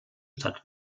stadt